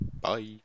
Bye